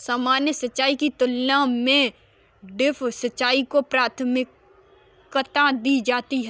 सामान्य सिंचाई की तुलना में ड्रिप सिंचाई को प्राथमिकता दी जाती है